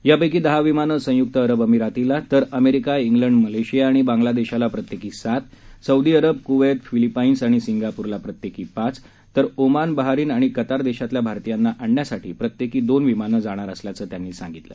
यापैकी दहा विमानं संयुक्त अरब अमिरातीला अमेरिका इंग्लंड मलेशिया आणि बांग्लादेशला प्रत्येकी सात सौदी अरब कुवैत फिलिपाईन्स आणि सिंगापूरला प्रत्येकी पाच तर ओमान बहारिन आणि कतार देशातल्या भारतीयांना आणण्यासाठी प्रत्येकी दोन विमानं जाणार असल्याचं त्यांनी सांगितलं